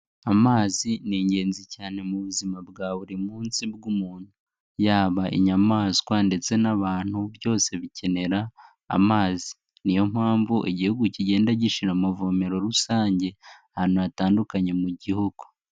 Amazi ni ingenzi cyane mu buzima bwa buri munsi bw'umuntu, yaba inyamaswa ndetse n'abantu byose bikenera amazi, ni yo mpamvu igihugu kigenda gishyira amavomero rusange ahantu hatandukanye mu gihugu.